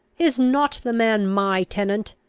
is not the man my tenant?